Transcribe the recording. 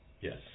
Yes